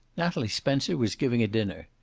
natalie spencer was giving a dinner.